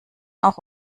auch